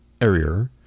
area